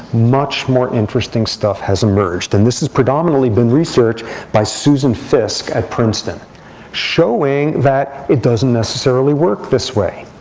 much more interesting stuff has emerged. and this has predominately been research by susan fiske at princeton showing that it doesn't necessarily work this way.